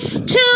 Two